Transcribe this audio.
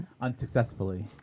Unsuccessfully